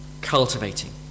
cultivating